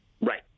Right